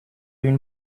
une